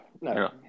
no